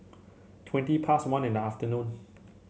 twenty past one in the afternoon